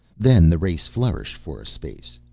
then the race flourished for a space.